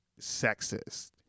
sexist